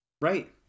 Right